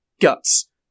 guts